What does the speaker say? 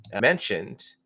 mentioned